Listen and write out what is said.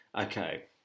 Okay